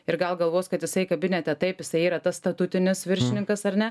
ir gal galvos kad jisai kabinete taip jisai yra tas statutinis viršininkas ar ne